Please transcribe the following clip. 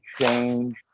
change